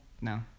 No